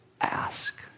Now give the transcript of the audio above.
ask